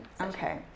Okay